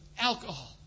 alcohol